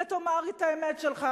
ותאמר את האמת שלך,